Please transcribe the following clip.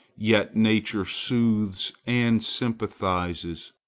yet nature soothes and sympathizes.